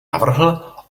navrhl